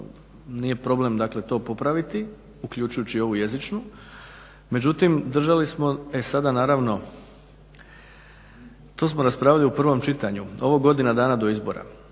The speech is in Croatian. nije problem dakle to popraviti, uključujući ovu jezičnu, međutim držali smo, e sada naravno to smo raspravili u prvom čitanju, ovo godina dana do izbora.